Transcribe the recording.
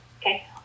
Okay